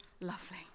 lovely